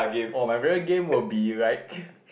oh my favorite game would be like